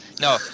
No